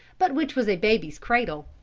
but which was a baby's cradle,